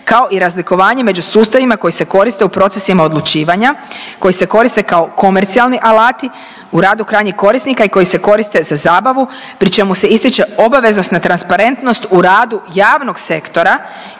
kao i razlikovanje među sustavima koji se koriste u procesima odlučivanja koji se koriste kao komercijalni alati u radu krajnjih korisnika i koji se koriste za zabavu pri čemu se ističe obaveznost na transparentnost u radu javnog sektora